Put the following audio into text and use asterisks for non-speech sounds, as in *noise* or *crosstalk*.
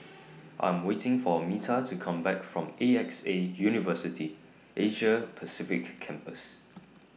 *noise* I'm waiting For Metta to Come Back from A X A University Asia Pacific Campus